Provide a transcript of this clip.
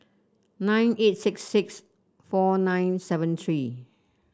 nine eight six six four nine seven three